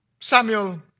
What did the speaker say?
Samuel